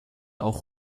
auch